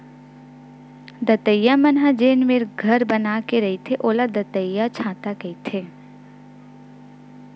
दतइया मन ह जेन मेर घर बना के रहिथे ओला दतइयाछाता कहिथे